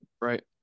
right